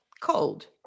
cold